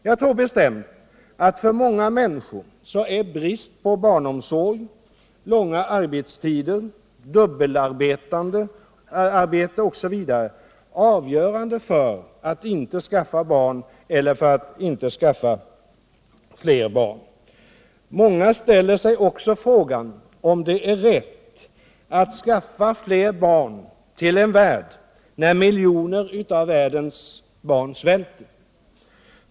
Jag tror bestämt att för många människor är brist på barnomsorg, långa arbetstider, dubbelarbete osv. avgörande för att inte skaffa barn eller för att inte skaffa fler barn. Många ställer sig också frågan om det är rätt att skaffa fler barn till världen när miljoner av världens barn svälter.